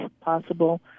possible